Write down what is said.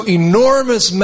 enormous